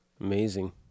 Amazing